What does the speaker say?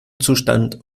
zustand